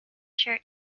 shirt